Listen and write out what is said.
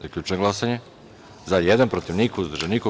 Zaključujem glasanje: za – jedan, protiv – niko, uzdržanih – nema.